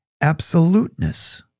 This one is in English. absoluteness